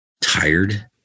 Tired